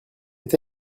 est